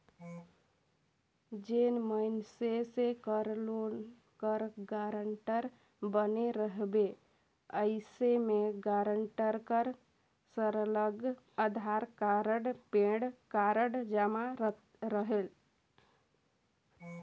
जेन मइनसे कर लोन कर गारंटर बने रहिबे अइसे में गारंटर कर सरलग अधार कारड, पेन कारड जमा रहेल